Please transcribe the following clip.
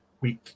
week